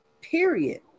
period